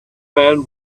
man